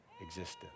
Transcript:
existence